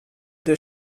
der